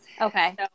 Okay